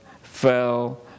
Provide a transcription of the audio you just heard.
fell